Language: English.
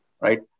right